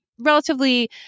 relatively